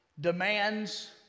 demands